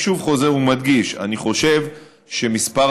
אני שוב חוזר ומדגיש: אני חושב שמספר